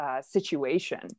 situation